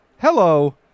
Hello